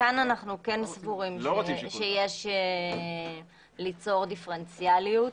כאן אנחנו כן סבורים שיש ליצור דיפרנציאליות